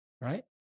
Right